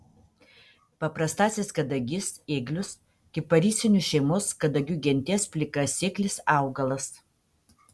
paprastasis kadagys ėglius kiparisinių šeimos kadagių genties plikasėklis augalas